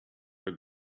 are